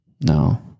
No